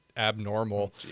abnormal